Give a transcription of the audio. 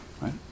right